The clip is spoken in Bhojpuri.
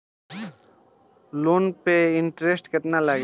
लोन पे इन्टरेस्ट केतना लागी?